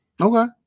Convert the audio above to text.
Okay